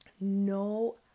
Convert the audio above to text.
no